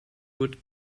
would